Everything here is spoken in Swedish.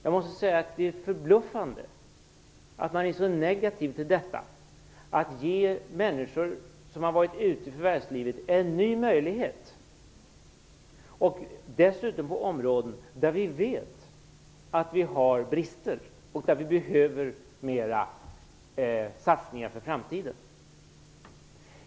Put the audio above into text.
Jag måste säga att det är förbluffande att man är så negativ till att ge människor som varit ute i förvärvslivet en ny möjlighet, dessutom på områden där vi vet att vi har brister och där vi behöver mer satsningar för framtiden.